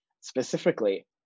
specifically